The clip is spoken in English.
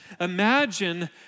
imagine